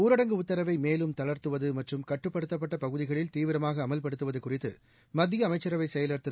ஊரடங்கு உத்தரவை மேலும் தளா்த்துவது மற்றும் கட்டுப்படுத்தப்பட்ட பகுதிகளில் தீவிரமாக அமல்படுத்துவது குறித்து மத்திய அமைச்சரவை செயலர் திரு